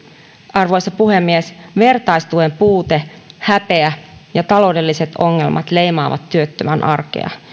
arvoisa puhemies vertaistuen puute häpeä ja taloudelliset ongelmat leimaavat työttömän arkea